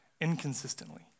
inconsistently